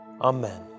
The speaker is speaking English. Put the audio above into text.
Amen